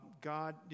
God